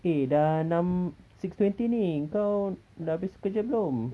eh dah enam six twenty ni kau dah habis kerja belum